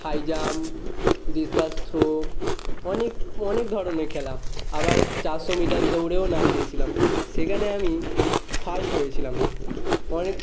high jump discus throw অনেক অনেক ধরনের খেলা আবার চারশো মিটার দৌড়েও নাম দিয়েছিলাম সেখানে আমি ফার্স্ট হয়েছিলাম অনেক